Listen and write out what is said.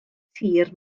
tir